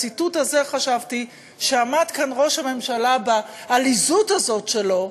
ועל הציטוט הזה חשבתי כשעמד כאן ראש הממשלה בעליזות הזאת שלו,